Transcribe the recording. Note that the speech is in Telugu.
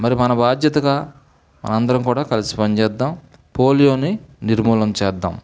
మరి మన బాధ్యతగా మన అందరం కూడా కలిసి పని చేద్దాం పోలియోని నిర్మూలన చేద్దాం